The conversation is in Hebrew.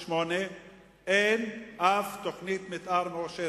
1988 אין אף תוכנית מיתאר מאושרת,